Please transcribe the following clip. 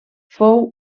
fou